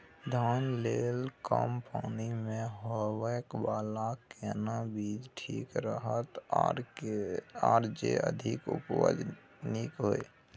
धान लेल कम पानी मे होयबला केना बीज ठीक रहत आर जे अधिक उपज नीक होय?